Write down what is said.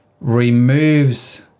removes